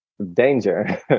danger